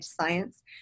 science